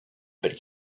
but